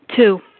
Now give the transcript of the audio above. Two